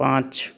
पाँच